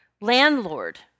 landlord